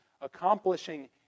accomplishing